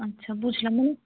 আচ্ছা বুঝলাম মানে